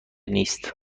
نیست